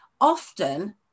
Often